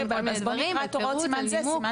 יש שם כל מיני דברים, על פירוט, על נימוק.